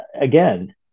again